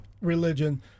religion